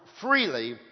freely